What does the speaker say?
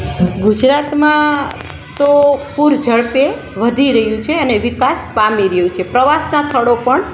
ગુજરાતમાં તો પૂર ઝડપે વધી રહ્યું છે અને વિકાસ પામી રહ્યું છે પ્રવાસનાં સ્થળો પણ